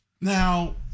Now